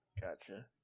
gotcha